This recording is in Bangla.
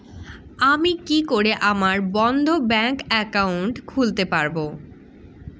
আমি কি করে আমার বন্ধ ব্যাংক একাউন্ট খুলতে পারবো?